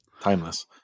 Timeless